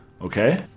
Okay